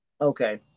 okay